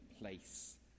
Place